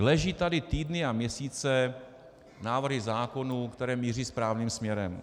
Leží tady týdny a měsíce návrhy zákonů, které míří správným směrem.